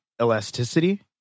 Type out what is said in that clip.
elasticity